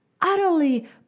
utterly